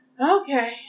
Okay